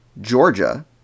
Georgia